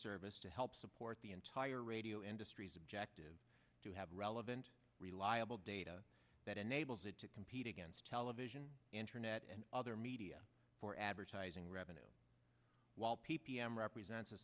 service to help support the entire radio industry's objective to have relevant reliable data that enables it to compete against television internet and other media for advertising revenue while p p m represents a